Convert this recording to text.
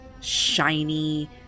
shiny